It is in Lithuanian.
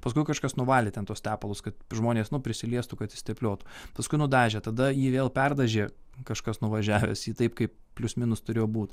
paskui kažkas nuvalė ten tuos tepalus kad žmonės nu prisiliestų kad ištepliotų paskui nudažė tada jį vėl perdažė kažkas nuvažiavęs į taip kaip plius minus turėjo būt